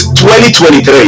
2023